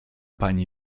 pani